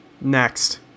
Next